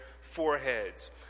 foreheads